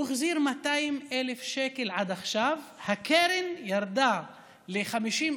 הוא החזיר 200,000 שקלים עד עכשיו והקרן ירדה ל-50,000.